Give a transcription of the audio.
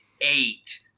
eight